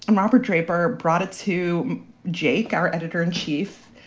and robert draper brought it to jake, our editor in chief.